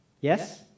Yes